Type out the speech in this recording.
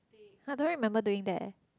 I don't remember doing that